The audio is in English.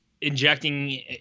injecting